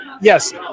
Yes